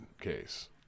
case